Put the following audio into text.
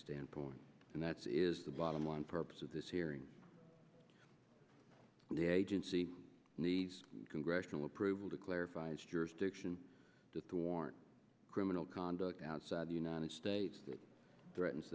standpoint and that's the bottom line purpose of this hearing the agency congressional approval to clarify its jurisdiction to thwart criminal conduct outside the united states that threatens